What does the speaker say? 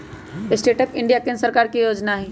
stand up India केंद्र सरकार के जोजना हइ